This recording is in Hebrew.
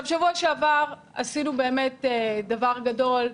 בשבוע שעבר עשינו באמת דבר גדול,